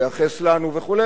לייחס לנו וכו',